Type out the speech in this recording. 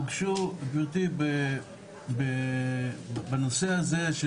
הוגשו גבירתי בנושא הזה של